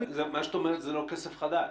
מה שאת אומרת, זה לא כסף חדש.